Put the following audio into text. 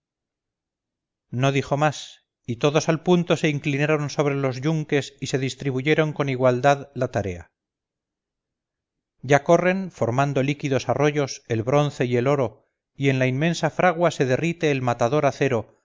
no dijo más y todos al punto se inclinaron sobre los yunques y se distribuyeron con igualdad la tarea ya corren formando líquidos arroyos el bronce y el oro y en la inmensa fragua se derrite el matador acero